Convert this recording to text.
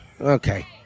Okay